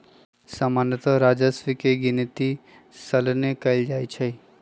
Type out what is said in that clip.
सामान्तः राजस्व के गिनति सलने कएल जाइ छइ